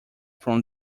from